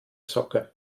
socke